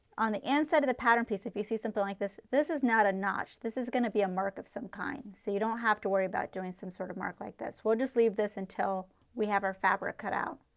on the inside of the pattern piece, if you see something like this, this is not a notch. this is going to be a mark of some kind. so you don't have to worry about doing some sort of mark like this. we will just leave this and tell we have our fabric cut out.